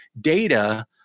data